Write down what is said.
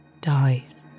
dies